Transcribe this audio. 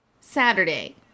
Saturday